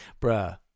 Bruh